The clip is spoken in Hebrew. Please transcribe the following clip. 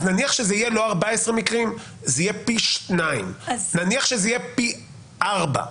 אז נניח שיהיו פי 2, או פי 4 מקרים.